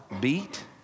beat